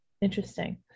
Interesting